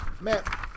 man